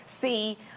see